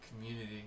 community